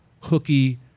hooky